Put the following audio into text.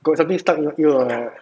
got something stuck in your ear [what]